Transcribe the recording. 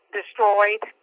destroyed